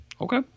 okay